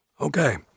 Okay